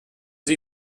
sie